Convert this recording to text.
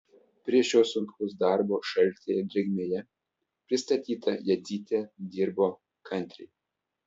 prie šio sunkaus darbo šaltyje ir drėgmėje pristatyta jadzytė dirbo kantriai